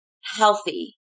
healthy